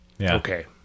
Okay